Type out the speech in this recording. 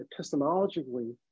epistemologically